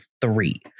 three